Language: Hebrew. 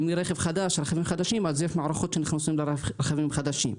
אם הרכב חדש, אז יש מערכות שנכנסות לרכבים חדשים.